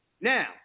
now